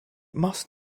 must